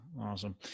Awesome